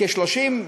כ-30,